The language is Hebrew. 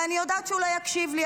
ואני יודעת שהוא לא יקשיב לי,